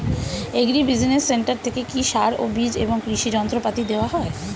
Agri business centre থেকে কি সার ও বিজ এবং কৃষি যন্ত্র পাতি দেওয়া হয়?